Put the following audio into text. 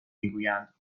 میگویند